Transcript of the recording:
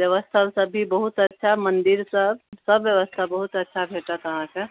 ब्यवस्था सब भी बहुत अच्छा मन्दिर सब सब ब्यवस्था बहुत अच्छा भेटत अहाँकेॅं